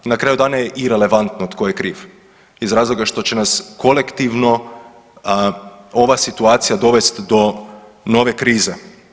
Na kraju dana je irelevantno tko je kriv iz razloga što će nas kolektivno ova situacija dovesti do nove krize.